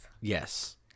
Yes